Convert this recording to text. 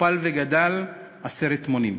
הוכפל וגדל עשרת מונים.